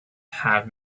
have